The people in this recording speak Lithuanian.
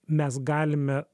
mes galime